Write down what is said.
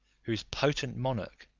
whose potent monarch,